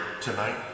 tonight